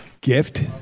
gift